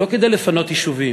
לא כדי לפנות יישובים.